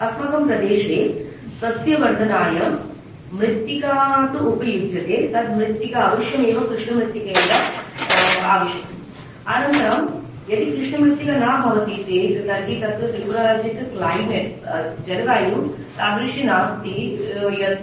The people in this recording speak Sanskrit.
अस्माकं प्रदेशे सस्यवर्धनाय मृत्तिका तु उपयुज्यते तद् मृत्तिका अवश्यमेव कृष्णमृत्तिकैव आवश्यकं अनन्तरं यदि कृष्णमृत्तिका न भवति चेत् तर्हि तत्र त्रिपुराराज्यस्य क्लैमेट् जलवायु तादृशी नास्ति यत्